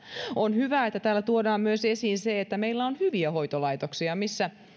on hyvä että täällä tuodaan esiin myös se että meillä on hyviä hoitolaitoksia missä